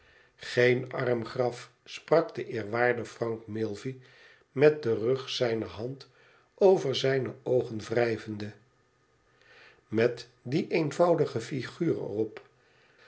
geen arm graf sprak de eerwaarde frank milvey met den rog zijner hand over zijne oogen wrijvende i met die eenvoudige figuur er